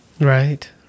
Right